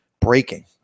breaking